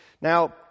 Now